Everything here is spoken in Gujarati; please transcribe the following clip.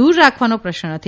દૂર રાખવાનો પ્રશ્ન નથી